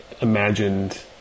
imagined